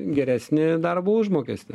geresnį darbo užmokestį